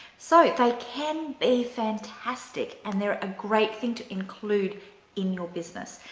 so they can be fantastic and they're a great thing to include in your business.